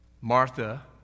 Martha